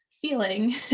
feeling